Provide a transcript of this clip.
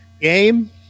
Game